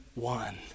one